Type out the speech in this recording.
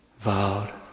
vowed